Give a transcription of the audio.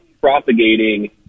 propagating